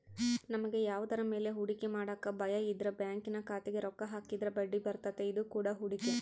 ನಮಗೆ ಯಾವುದರ ಮೇಲೆ ಹೂಡಿಕೆ ಮಾಡಕ ಭಯಯಿದ್ರ ಬ್ಯಾಂಕಿನ ಖಾತೆಗೆ ರೊಕ್ಕ ಹಾಕಿದ್ರ ಬಡ್ಡಿಬರ್ತತೆ, ಇದು ಕೂಡ ಹೂಡಿಕೆ